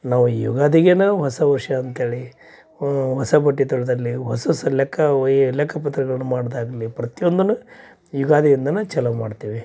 ನಾವು ಯುಗಾದಿಗೆನೇ ಹೊಸ ವರ್ಷ ಅಂತೇಳಿ ಹೊಸ ಬಟ್ಟೆ ತರೋದಾಗಲಿ ಹೊಸ ಹೊಸ ಲೆಕ್ಕ ವಯೀ ಲೆಕ್ಕಪತ್ರಗಳನ್ನು ಮಾಡೋದಾಗಲಿ ಪ್ರತಿಯೊಂದೂನು ಯುಗಾದಿಯಿಂದಲೇ ಚಾಲೂ ಮಾಡ್ತೇವೆ